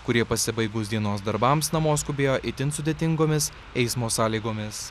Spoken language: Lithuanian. kurie pasibaigus dienos darbams namo skubėjo itin sudėtingomis eismo sąlygomis